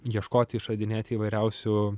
ieškoti išradinėti įvairiausių